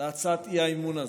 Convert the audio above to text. להצעת האי-אמון הזאת.